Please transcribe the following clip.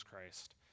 Christ